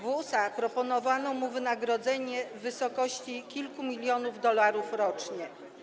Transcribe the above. W USA proponowano mu wynagrodzenie w wysokości kilku milionów dolarów rocznie.